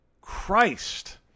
Christ